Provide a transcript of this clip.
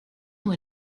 what